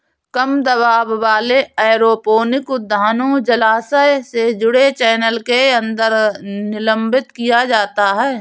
कम दबाव वाले एरोपोनिक उद्यानों जलाशय से जुड़े चैनल के अंदर निलंबित किया जाता है